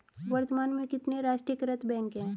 वर्तमान में कितने राष्ट्रीयकृत बैंक है?